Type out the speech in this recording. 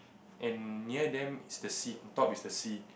and near them is the sea top is the sea